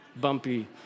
bumpy